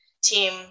team